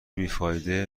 بیفایده